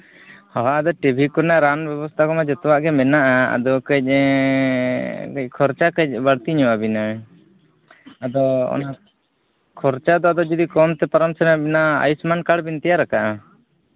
ᱱᱚᱜᱼᱚᱭ ᱟᱫᱚ ᱴᱤᱵᱷᱤ ᱠᱚᱨᱮᱱᱟᱜ ᱨᱟᱱ ᱵᱮᱵᱚᱥᱛᱷᱟ ᱠᱚᱢᱟ ᱡᱚᱛᱚᱣᱟᱜ ᱜᱮ ᱢᱮᱱᱟᱜᱼᱟ ᱟᱫᱚ ᱠᱟᱹᱡ ᱠᱷᱚᱨᱪᱟ ᱠᱟᱹᱡ ᱵᱟᱹᱲᱛᱤ ᱧᱚᱜ ᱟᱹᱵᱤᱱᱟ ᱟᱫᱚ ᱠᱷᱚᱨᱪᱟ ᱫᱚ ᱟᱫᱚ ᱡᱩᱫᱤ ᱠᱚᱢᱛᱮ ᱯᱟᱨᱚᱢ ᱥᱟᱱᱟᱭᱮᱫ ᱵᱤᱱᱟᱹ ᱟᱭᱩᱥᱢᱟᱱ ᱠᱟᱨᱰ ᱵᱤᱱ ᱛᱮᱭᱟᱨ ᱟᱠᱟᱫᱼᱟ